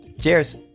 cheers.